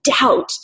doubt